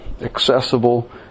accessible